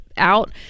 out